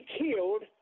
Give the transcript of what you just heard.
killed